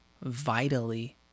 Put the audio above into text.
vitally